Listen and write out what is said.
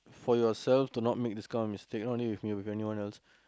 for yourself to not make this kind of mistake not only you it could be anyone else